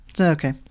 okay